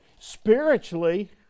spiritually